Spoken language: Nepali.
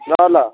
ल ल